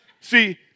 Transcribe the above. See